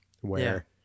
where-